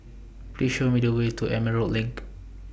Please Show Me The Way to Emerald LINK